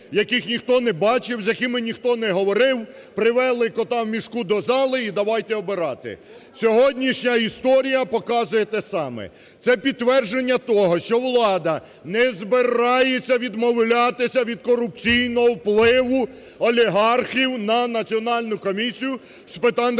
яких ніхто не бачив, з якими ніхто не говорив, привели кота в мішку до зали і давайте обирати. Сьогоднішня історія показує те саме. Це підтвердження того, що влада не збирається відмовлятися від корупційного впливу олігархів на Національну комісію з питань регулювання